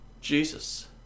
Jesus